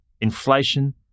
inflation